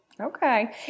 Okay